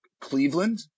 Cleveland